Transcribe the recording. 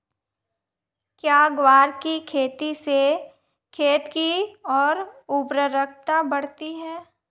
क्या ग्वार की खेती से खेत की ओर उर्वरकता बढ़ती है?